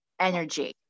energy